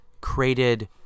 created